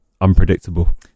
unpredictable